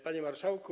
Panie Marszałku!